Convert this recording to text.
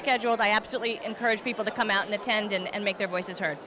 scheduled i absolutely encourage people to come out in the tendon and make their voices heard